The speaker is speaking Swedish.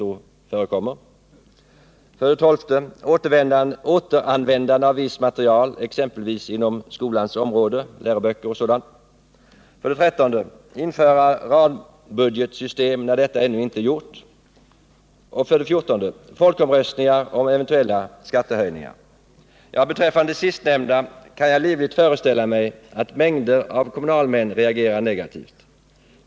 Införande av rambudgetsystemet där detta ännu inte är gjort. Beträffande det sistnämnda kan jag livligt föreställa mig att mängder av kommunalmän reagerar negativt.